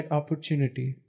opportunity